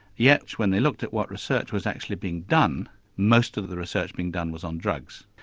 yet when they looked at what research was actually being done most of the research being done was on drugs.